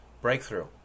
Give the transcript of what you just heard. breakthrough